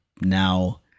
now